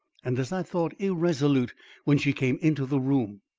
and as i thought, irresolute when she came into the room.